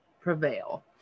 prevail